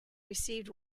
received